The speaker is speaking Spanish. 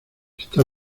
está